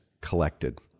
collected